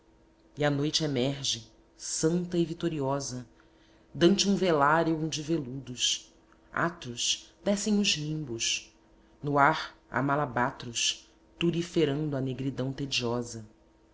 e a noite emerge santa e vitoriosa dente um velarium de veludos atros descem os nimbos no ar há malabatros turiferando a negridão tediosa